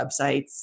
websites